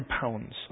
pounds